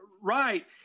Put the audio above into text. Right